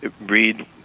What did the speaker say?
Read